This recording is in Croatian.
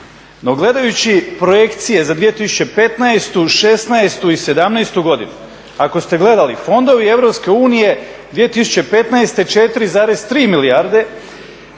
No gledajući projekcije za 2015., '16. i '17. godinu, ako ste gledali, fondovi EU 2015. 4,3 milijarde,